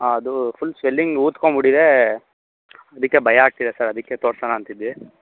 ಹಾಂ ಅದು full swelling ಊದ್ಕೊಂಡ್ಬಿಟ್ಟಿದೆ ಅದಕ್ಕೆ ಭಯ ಆಗ್ತಿದೆ ಸರ್ ಅದಕ್ಕೆ ತೋರಿಸೋಣ ಅಂತಿದ್ದೆ